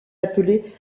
appelé